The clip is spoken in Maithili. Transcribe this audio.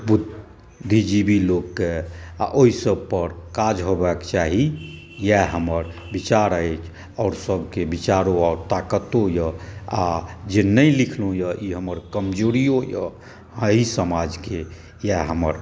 बुद्धिजीवी लोककेॅं आ ओहिसभ पर काज हेबाक चाही इएह हमर विचार अइ आओर सभके विचारो आर ताक़तों यऽ आ जे नहि लिखलहुँ यऽ ई हमर कमज़ोरियो यऽ अइ समाजके इएह हमर